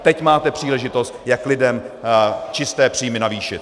Teď máte příležitost, jak lidem čisté příjmy navýšit.